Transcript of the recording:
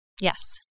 Yes